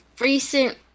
recent